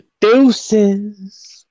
Deuces